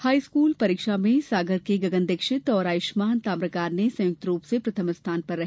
high school परीक्षा में सागर के गगन दीक्षित और आयुष्मान ताम्रकार ने संयुक्त रूप से प्रथम स्थान पर हैं